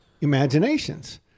imaginations